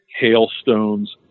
hailstones